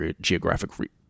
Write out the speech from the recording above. geographic